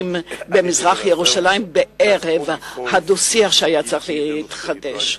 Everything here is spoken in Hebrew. במזרח-ירושלים ערב הדו-שיח שהיה צריך להתחדש.